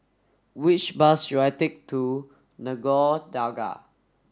which bus should I take to Nagore Dargah